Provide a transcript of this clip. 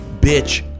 bitch